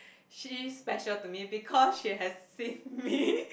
she's special to me because she has saved me